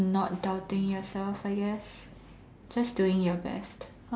not doubting yourself I guess just doing your best